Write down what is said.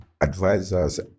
advisors